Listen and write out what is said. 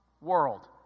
world